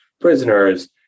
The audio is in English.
prisoners